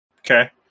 Okay